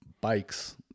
bikes